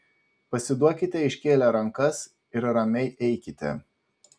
pasiduokite iškėlę rankas ir ramiai eikite